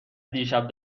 دیشب